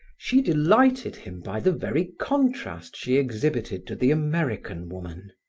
she delighted him by the very contrast she exhibited to the american woman.